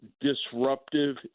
disruptive